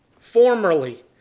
formerly